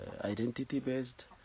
identity-based